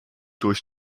durch